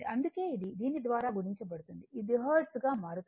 అందుకే ఇది దీని ద్వారా గుణించబడుతుంది ఇది హెర్ట్జ్గా మార్చబడుతుంది